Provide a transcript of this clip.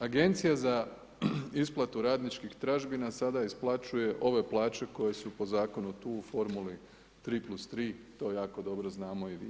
Agencija za isplatu radničkih tražbina sada isplaćuje ove plaće koje su po zakonu tu u formuli 3+3, to jako dobro znamo i vi i ja.